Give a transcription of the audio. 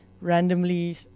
randomly